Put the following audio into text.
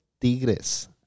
Tigres